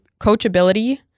coachability